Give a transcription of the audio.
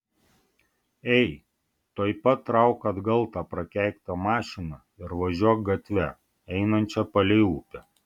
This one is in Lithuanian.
ei tuoj pat trauk atgal tą prakeiktą mašiną ir važiuok gatve einančia palei upę